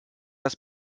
das